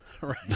Right